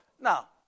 now